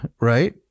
right